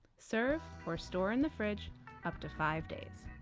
serve or store in the fridge up to five days!